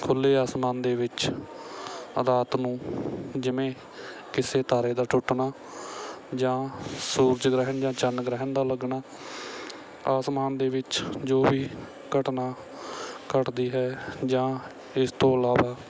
ਖੁੱਲ੍ਹੇ ਅਸਮਾਨ ਦੇ ਵਿੱਚ ਰਾਤ ਨੂੰ ਜਿਵੇਂ ਕਿਸੇ ਤਾਰੇ ਦਾ ਟੁੱਟਣਾ ਜਾਂ ਸੂਰਜ ਗ੍ਰਹਿਣ ਜਾਂ ਚੰਨ ਗ੍ਰਹਿਣ ਦਾ ਲੱਗਣਾ ਅਸਮਾਨ ਦੇ ਵਿੱਚ ਜੋ ਵੀ ਘਟਨਾ ਘਟਦੀ ਹੈ ਜਾਂ ਇਸ ਤੋਂ ਇਲਾਵਾ